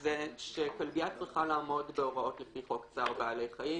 זה שכלבייה צריכה לעמוד בהוראות לפי חוק צער בעלי חיים.